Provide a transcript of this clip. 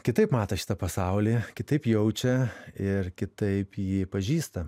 kitaip mato šitą pasaulį kitaip jaučia ir kitaip jį pažįsta